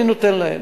אני נותן להם.